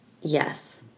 yes